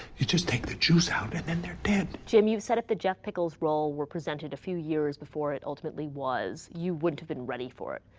you just take the juice out and then they're dead. jim, you said if the jeff pickles role were presented a few years before it ultimately was you wouldn't have been ready for it.